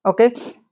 okay